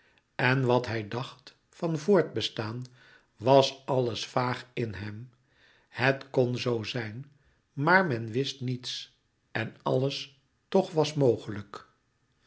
en wat hij dacht van voorbestaan was alles vaag in louis couperus metamorfoze hem het kon zoo zijn maar men wist niets en alles toch was mogelijk